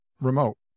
remote